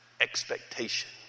expectation